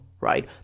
right